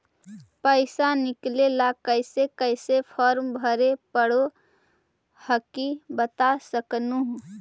पैसा निकले ला कैसे कैसे फॉर्मा भरे परो हकाई बता सकनुह?